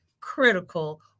critical